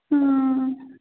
ਹਮ